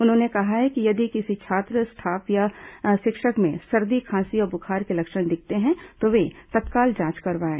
उन्होंने कहा कि यदि किसी छात्र स्टाफ या शिक्षक में सर्दी खांसी और बुखार के लक्षण दिखते हैं तो वे तत्काल जांच करवाएं